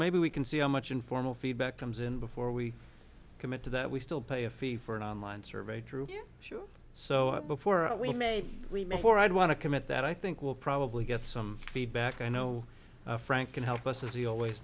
maybe we can see how much informal feedback comes in before we commit to that we still pay a fee for an online survey true sure so before we may remember or i'd want to comment that i think we'll probably get some feedback i know frank can help us as he always